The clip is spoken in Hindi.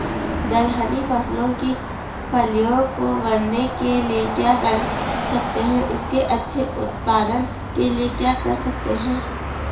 दलहनी फसलों की फलियों को बनने के लिए क्या कर सकते हैं इसके अच्छे उत्पादन के लिए क्या कर सकते हैं?